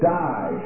die